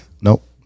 nope